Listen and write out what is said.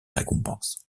récompense